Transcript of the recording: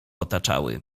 otaczały